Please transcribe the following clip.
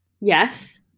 Yes